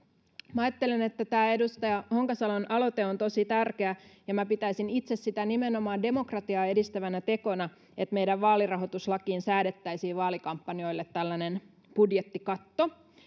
minä ajattelen että tämä edustaja honkasalon aloite on tosi tärkeä ja minä pitäisin itse sitä nimenomaan demokratiaa edistävänä tekona että meidän vaalirahoituslakiin säädettäisiin vaalikampanjoille tällainen budjettikatto